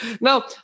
Now